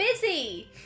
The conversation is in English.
busy